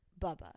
Bubba